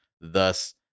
thus